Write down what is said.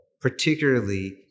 particularly